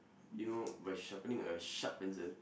you know by sharping a sharp pencil